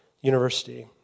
University